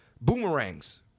Boomerangs